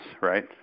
right